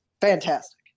fantastic